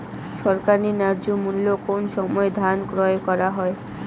সরকারি ন্যায্য মূল্যে কোন সময় ধান ক্রয় করা হয়?